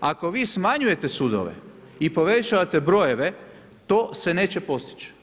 Ako vi smanjujete sudove i povećavate brojeve to se neće postići.